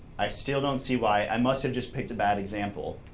i still don't see why i must have just picked a bad example,